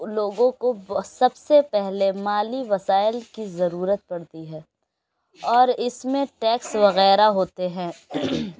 لوگوں کو سب سے پہلے مالی وسائل کی ضرورت پڑتی ہے اور اس میں ٹیکس وغیرہ ہوتے ہیں